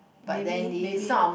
maybe maybe not